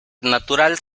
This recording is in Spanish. natural